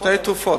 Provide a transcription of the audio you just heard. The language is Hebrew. שתי תרופות.